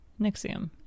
Nixium